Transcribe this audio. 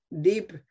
deep